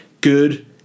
Good